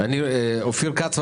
אופיר כץ,